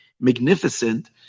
magnificent